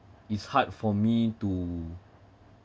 it's hard for me to